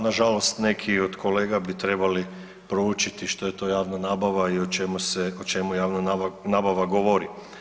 Na žalost neki od kolega bi trebali proučiti što je to javna i o čemu javna nabava govori.